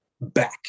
back